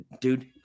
Dude